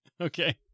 Okay